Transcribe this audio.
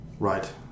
Right